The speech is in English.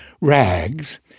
rags